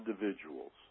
individuals